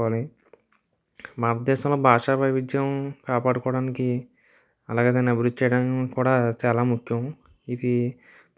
పోనీ మా ఉద్దేశంలో భాషా వైవిధ్యం కాపాడుకోడానికి అలాగే దాన్ని అభివృద్ధి చేయడానికి కూడా చాలా ముఖ్యం ఇది